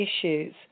issues